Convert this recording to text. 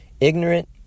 Ignorant